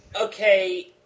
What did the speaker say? Okay